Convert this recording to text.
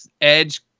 Edge